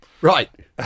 Right